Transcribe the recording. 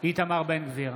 איתמר בן גביר,